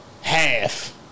half